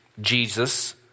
Jesus